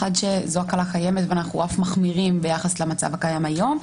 זו הקלה קיימת ואנחנו אף מחמירים ביחס למצב הקיים היום.